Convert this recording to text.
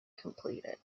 completed